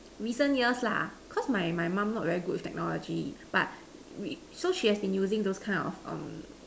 recent years lah cause my my mum not very good with technology but so she has been using those kind of um